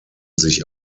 sich